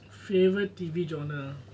favourite T_V genre ah